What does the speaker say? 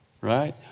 Right